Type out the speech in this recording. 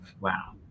Wow